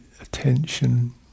attention